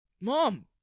Mom